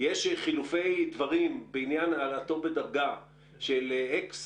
יש חילופי דברים בעניין העלאתו בדרגה של אקס